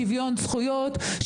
שוויון זכיות,